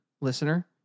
listener